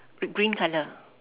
green colour